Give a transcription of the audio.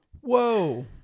whoa